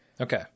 Okay